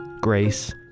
grace